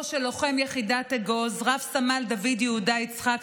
של לוחם יחידת אגוז רב-סמל דוד יהודה יצחק,